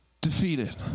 Defeated